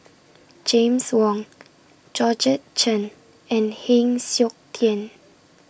James Wong Georgette Chen and Heng Siok Tian